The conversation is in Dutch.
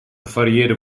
gevarieerde